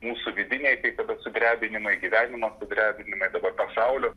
mūsų vidiniai kai kada sudrebinimai gyvenimo sudrebinimai dabar pasaulio